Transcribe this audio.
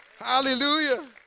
Hallelujah